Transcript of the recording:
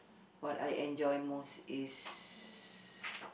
what I enjoy most is